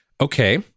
okay